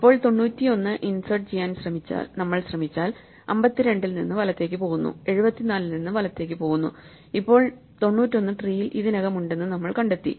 ഇപ്പോൾ തൊണ്ണൂറ്റി ഒന്ന് ഇൻസേർട്ട് ചെയ്യാൻ നമ്മൾ ശ്രമിച്ചാൽ 52 ൽ നിന്ന് വലത്തേക്ക് പോകുന്നു 74 ൽ നിന്ന് വലത്തേക്ക് പോകുന്നു ഇപ്പോൾ 91 ട്രീയിൽ ഇതിനകം ഉണ്ടെന്ന് നമ്മൾ കണ്ടെത്തി